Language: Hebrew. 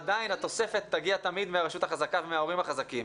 עדיין התוספת תמיד תגיע מהרשות החזקה ומההורים החזקים.